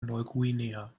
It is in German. neuguinea